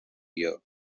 year